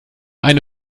eine